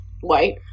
white